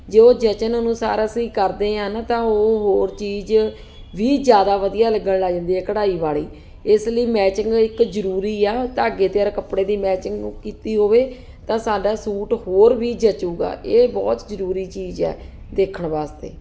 ਜੇ ਉਹ ਜਚਨ ਅਨੁਸਾਰ ਅਸੀਂ ਕਰਦੇ ਹਾਂ ਨਾ ਤਾਂ ਉਹ ਹੋਰ ਚੀਜ਼ ਵੀ ਜ਼ਿਆਦਾ ਵਧੀਆ ਲੱਗਣ ਲੱਗ ਜਾਂਦੀ ਹੈ ਕਢਾਈ ਵਾਲੀ ਇਸ ਲਈ ਮੈਚਿੰਗ ਇੱਕ ਜ਼ਰੂਰੀ ਆ ਧਾਗੇ 'ਤੇ ਅਰ ਕੱਪੜੇ ਦੀ ਮੈਚਿੰਗ ਨੂੰ ਕੀਤੀ ਹੋਵੇ ਤਾਂ ਸਾਡਾ ਸੂਟ ਹੋਰ ਵੀ ਜਚੂਗਾ ਇਹ ਬਹੁਤ ਜ਼ਰੂਰੀ ਚੀਜ਼ ਹੈ ਦੇਖਣ ਵਾਸਤੇ